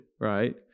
right